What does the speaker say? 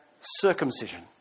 circumcision